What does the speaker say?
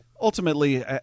Ultimately